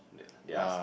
theirs